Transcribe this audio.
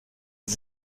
des